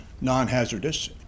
Non-hazardous